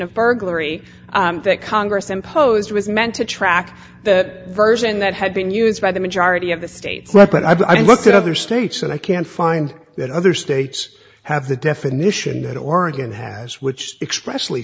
of burglary that congress imposed was meant to track the version that had been used by the majority of the states but i've looked at other states and i can find that other states have the definition that oregon has which express